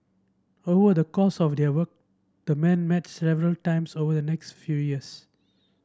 over the course of their work the man met several times over the next few years